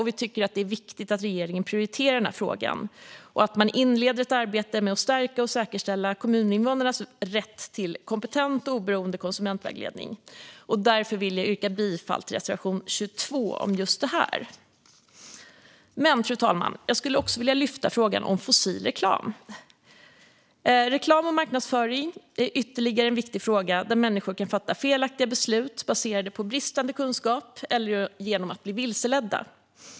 Vi tycker att det är viktigt att regeringen prioriterar denna fråga och att man inleder ett arbete med att stärka och säkerställa kommuninvånarnas rätt till kompetent och oberoende konsumentvägledning. Därför vill jag yrka bifall till reservation 22, som handlar om just detta. Fru talman! Jag skulle också vilja lyfta upp frågan om fossil reklam. Reklam och marknadsföring är ytterligare en viktig fråga där människor kan fatta felaktiga beslut baserade på bristande kunskap eller därför att de blir vilseledda.